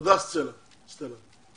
תודה, סטלה.